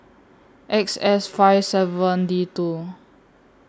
X S five seven D two